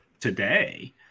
today